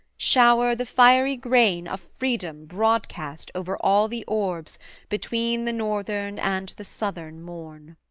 shower the fiery grain of freedom broadcast over all the orbs between the northern and the southern morn